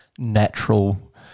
natural